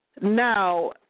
now